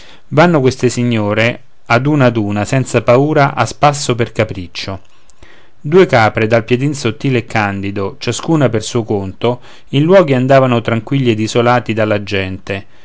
vanno queste signore ad una ad una senza paura a spasso per capriccio due capre dal piedin sottile e candido ciascuna per suo conto in luoghi andavano tranquilli ed isolati dalla gente